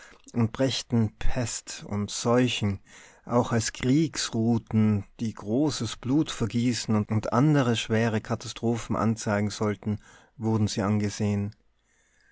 und brächten pest und seuchen auch als kriegsruten die großes blutvergießen und andere schwere katastrophen anzeigen sollten wurden sie angesehen